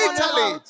Italy